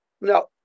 no